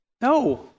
No